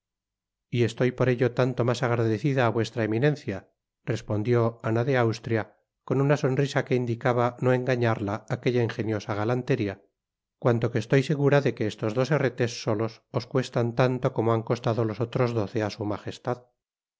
y estoy por ello tanto mas agradecida á vuestra eminencia respondió ana de austria con una sonrisa que indicaba no engañarla aquella ingeniosa galanteria cuanto que estoy segura de que estos dos herretes solos os cuestan tanto como han costado los otros doce á su majestad